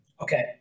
Okay